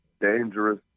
dangerous